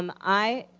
um i